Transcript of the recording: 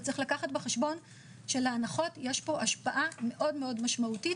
וצריך לקחת בחשבון שלהנחות יש פה השפעה מאוד מאוד משמעותית